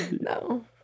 No